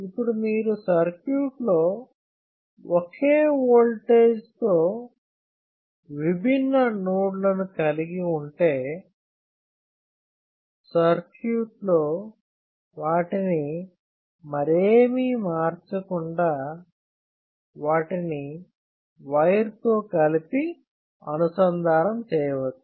ఇప్పుడు మీరు సర్క్యూట్లో ఒకే ఓల్టేజ్తో విభిన్న నోడ్లను కలిగి ఉంటే సర్క్యూట్లో వాటిని మరేమీ మార్చకుండా వాటిని వైర్తో కలిపి అనుసంధానం చేయవచ్చు